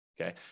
Okay